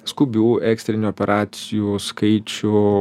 skubių ekstrinių operacijų skaičių